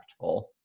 impactful